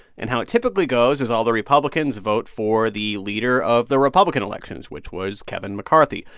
and how it typically goes is, all the republicans vote for the leader of the republican elections, which was kevin mccarthy.